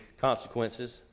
consequences